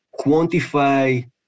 quantify